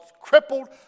crippled